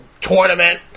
tournament